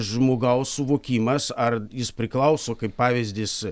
žmogaus suvokimas ar jis priklauso kaip pavyzdys